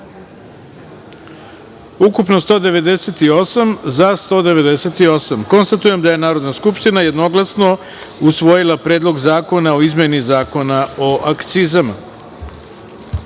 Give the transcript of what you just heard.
ukupno - 198, za – 198.Konstatujem da je Narodna skupština jednoglasno usvojila Predlog zakona o izmeni Zakona o akcizama. Druga